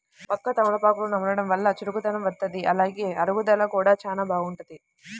వక్క, తమలపాకులను నమలడం వల్ల చురుకుదనం వత్తది, అలానే అరుగుదల కూడా చానా బాగుంటది